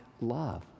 love